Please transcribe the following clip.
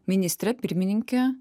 ministrė pirmininkė